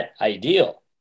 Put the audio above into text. ideal